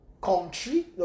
country